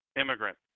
Immigrant